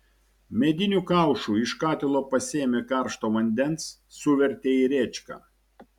mediniu kaušu iš katilo pasėmė karšto vandens suvertė į rėčką